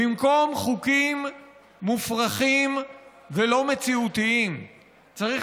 במקום חוקים מופרכים ולא מציאותיים צריך